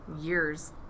years